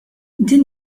din